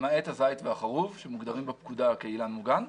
למעט הזית והחרוב שמוגדרים בפקודה כאילן מוגן.